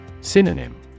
Synonym